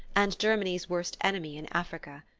and germany's worst enemy in africa.